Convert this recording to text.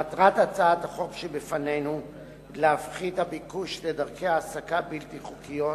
מטרת הצעת החוק שבפנינו היא להפחית את הביקוש לדרכי העסקה בלתי חוקיות